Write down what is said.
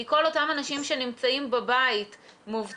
כי כל אותם אנשים שנמצאים בבית מובטלים,